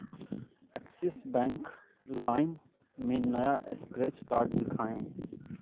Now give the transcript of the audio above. axis bank lime में नया scratch card दिखाएँ